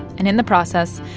and in the process,